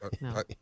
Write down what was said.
no